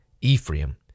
Ephraim